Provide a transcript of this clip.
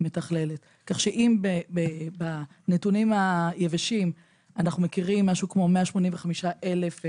כך שאם בנתונים היבשים אנחנו מכירים משהו כמו 185 אלף אנשים,